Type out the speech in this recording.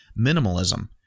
minimalism